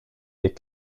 des